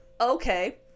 Okay